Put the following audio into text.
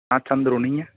நான் சந்துரு நீங்கள்